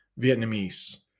vietnamese